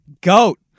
Goat